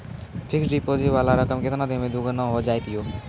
Fixed deposit वाला रकम केतना दिन मे दुगूना हो जाएत यो?